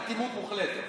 אטימות מוחלטת.